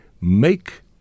make